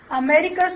America's